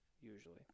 usually